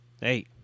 Hey